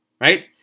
right